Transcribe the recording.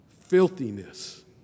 Filthiness